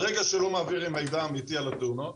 ברגע שלא מעבירים מידע אמיתי על התאונות,